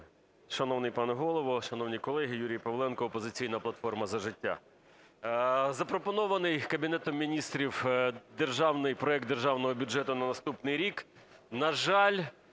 Шановний пане Голово, шановні колеги, Юрій Павленко "Опозиційна платформа - За життя". Запропонований Кабінетом Міністрів проект Державного бюджету на наступний рік,